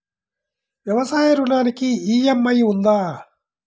వ్యవసాయ ఋణానికి ఈ.ఎం.ఐ ఉందా?